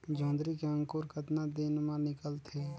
जोंदरी के अंकुर कतना दिन मां निकलथे?